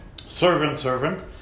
servant-servant